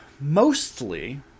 mostly